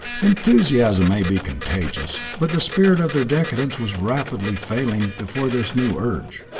enthusiasm may be contagious, but the spirit of their decadence was rapidly failing before this new urge.